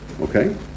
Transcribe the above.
Okay